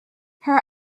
her